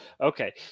Okay